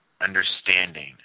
understanding